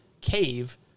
cave